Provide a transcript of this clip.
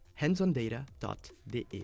handsondata.de